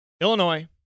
Illinois